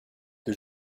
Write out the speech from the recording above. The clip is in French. que